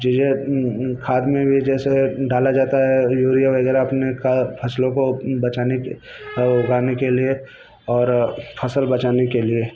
चीज़ें खाद में भी जैसे डाला जाता है यूरिया वगैराह अपने का फ़सलों को बचाने के और उगाने के लिए और फ़सल बचाने के लिए